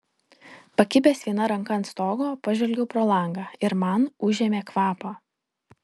pakibęs viena ranka ant stogo pažvelgiau pro langą ir man užėmė kvapą